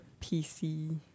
PC